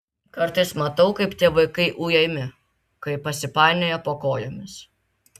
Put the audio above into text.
kartais matau kaip tie vaikai ujami kai pasipainioja po kojomis